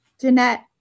Jeanette